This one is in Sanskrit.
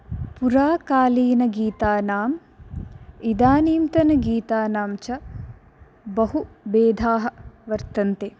पुराकालीनगीतानां इदानीन्तनगीतानां च बहु भेदाः वर्तन्ते